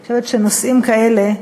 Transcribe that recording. אני חושבת שנושאים כאלה,